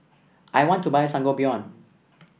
I want to buy Sangobion